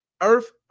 Earth